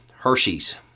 Hershey's